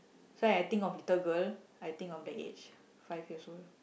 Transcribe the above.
so I think of little girl I think of that age five years old